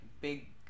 big